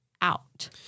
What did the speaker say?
out